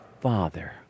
Father